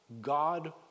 God